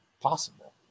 possible